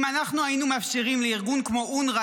אם אנחנו היינו מאפשרים לארגון כמו אונר"א